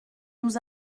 nous